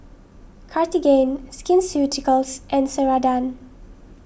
Cartigain Skin Ceuticals and Ceradan